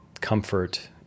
comfort